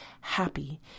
happy